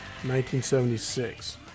1976